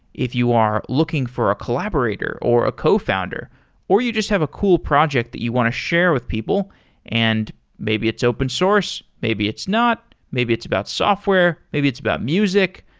if you are looking for a collaborator or a cofounder or you just have a cool project that you want to share with people and maybe it's open source, maybe it's not, maybe it's about software, maybe it's about music.